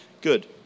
Good